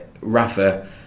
Rafa